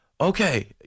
okay